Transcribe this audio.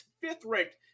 fifth-ranked